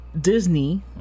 Disney